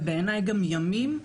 ובעיניי גם ימים,